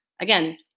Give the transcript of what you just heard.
again